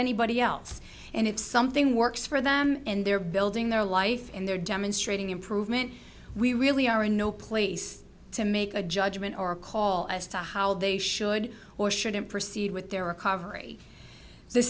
anybody else and if something works for them in their building their life in their demonstrating improvement we really are in no place to make a judgment or call as to how they should or shouldn't proceed with their recovery the